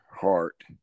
heart